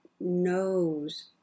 knows